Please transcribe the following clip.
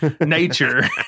nature